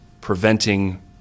preventing